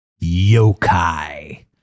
yokai